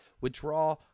withdraw